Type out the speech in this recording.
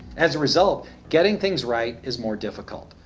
as a result, getting things right is more difficult.